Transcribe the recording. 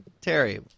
Terry